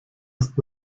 ist